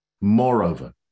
Moreover